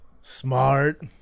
smart